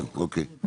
כן, אוקיי.